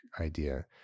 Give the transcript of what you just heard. idea